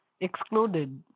excluded